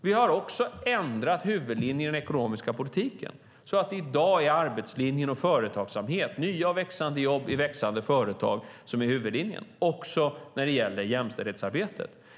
Vi har också ändrat huvudlinjen i den ekonomiska politiken så att det i dag är arbetslinjen och företagsamhet, nya och växande jobb i växande företag som är huvudlinjen, också när det gäller jämställdhetsarbetet.